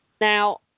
Now